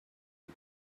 had